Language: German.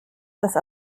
das